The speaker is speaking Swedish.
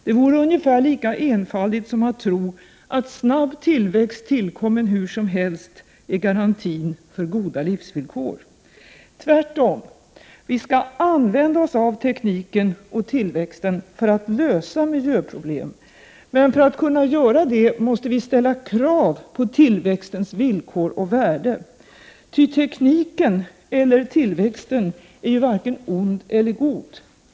Det vore ungefär lika enfaldigt som att tro att snabb tillväxt tillkommen hur som helst är garantin för goda livsvillkor. Det är tvärtom! Vi skall använda oss av tekniken och tillväxten för att lösa miljöproblem. För att kunna göra det måste vi emellertid ställa krav på tillväxtens villkor och värde. Ty tekniken eller tillväxten är varken ond eller god.